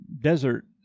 desert